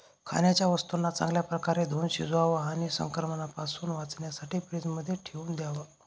खाण्याच्या वस्तूंना चांगल्या प्रकारे धुवुन शिजवावं आणि संक्रमणापासून वाचण्यासाठी फ्रीजमध्ये ठेवून द्याव